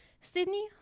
Sydney